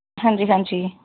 ਹਾਂਜੀ ਹਾਂਜੀ